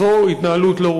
זו התנהלות לא ראויה,